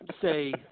say –